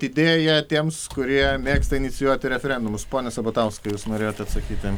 idėją tiems kurie mėgsta inicijuoti referendumus pone sabatauskai jūs norėjot atsakyti